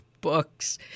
books